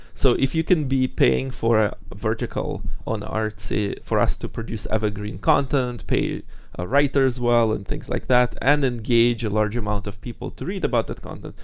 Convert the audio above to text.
so if you can be paying for vertical on artsy for us to produce evergreen content, pay ah writers well, and things like that, and engage a large amount of people to read about the content,